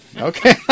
Okay